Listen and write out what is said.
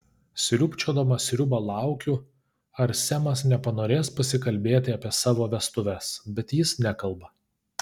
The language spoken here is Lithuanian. sriubčiodama sriubą laukiu ar semas nepanorės pasikalbėti apie savo vestuves bet jis nekalba